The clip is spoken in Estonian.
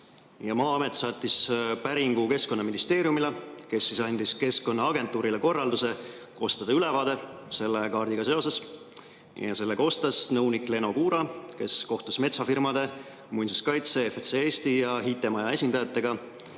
Maa-amet saatis päringu Keskkonnaministeeriumile, kes andis Keskkonnaagentuurile korralduse koostada ülevaade selle kaardiga seoses. Selle koostas nõunik Leno Kuura, kes kohtus metsafirmade, muinsuskaitse, FSC Eesti ja IT-maja esindajatega.